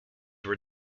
were